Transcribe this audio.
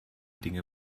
dinge